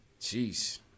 Jeez